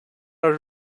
our